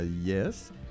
yes